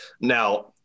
Now